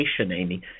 Amy